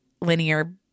linear